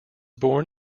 born